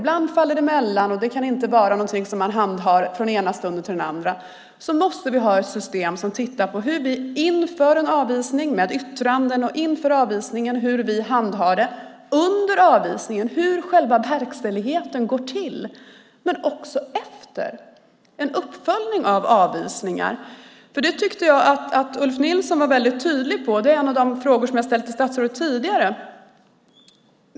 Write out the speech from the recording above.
Ibland faller det emellan, och det kan inte vara något man handhar från ena stunden till den andra. Vi måste därför ha ett system som tittar på hur vi inför en avvisning handhar yttranden, hur själva verkställigheten går till under en avvisning och vad som händer efter, alltså en uppföljning av avvisningar. Ulf Nilsson var tydlig med det. Det är en av de frågor som jag har ställt till statsrådet tidigare.